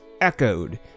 echoed